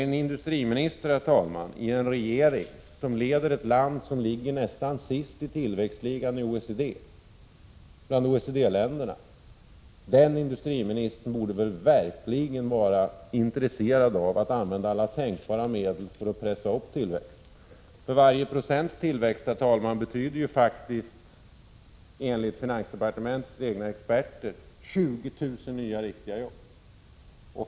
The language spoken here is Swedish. En industriminister i en regering som leder ett land som ligger nästan sist i tillväxtligan bland OECD-länderna borde verkligen vara intresserad av att använda alla tänkbara medel för att pressa upp tillväxten. Varje procent i tillväxt betyder ju faktiskt enligt finansdepartementets egna experter 20 000 nya riktiga jobb.